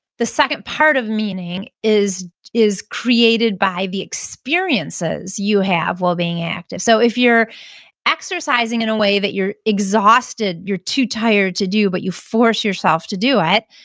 the second part of meaning is is created by the experiences you have while being active. so if you're exercising in a way that you're exhausted, you're too tired to do, but you force yourself to do it,